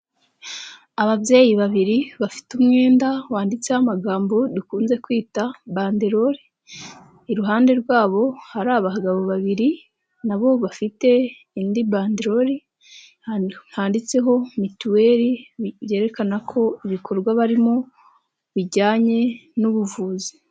Ababyeyi babiri bafite umwenda wanditseho amagambo dukunze kwita bandelori, iruhande rwabo hari abagabo babiri na bo bafite indi bandelori handitseho Mituweli, byerekana ko ibikorwa barimo bijyanye n'ubuvuzi.